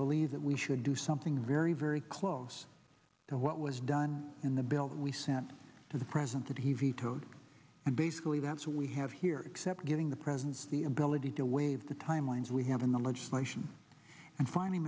believe that we should do something very very close to what was done in the bill that we sent to the present that he vetoed and basically that's what we have here except getting the president's the ability to waive the timelines we have in the legislation and finally